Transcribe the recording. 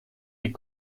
est